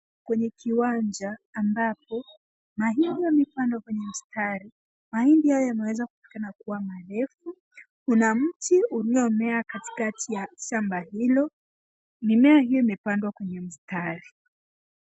Kwenye kiwanja ambapo mahindi yamepandwa kwenye mistari .Mahindi haya yameweza kufika na kukua marefu . Kuna mti uliomea katikati ya shamba hilo. Mimea hiyo imepandwa kwenye mstari.